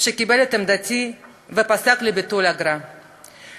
והוא קיבל את עמדתי ופסק לביטול האגרה.